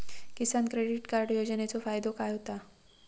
किसान credit card योजनेचो फायदो काय होता?